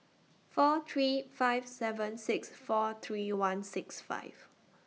four three five seven six four three one six five